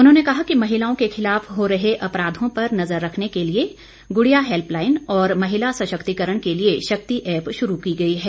उन्होंने कहा कि महिलाओं के खिलाफ हो रहे अपराघों पर नजर रखने के लिए गुड़िया हैल्पलाईन और महिला सशक्तिकरण के लिए शक्ति ऐप्प शुरू की गई है